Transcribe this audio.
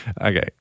okay